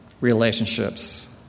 relationships